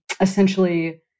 essentially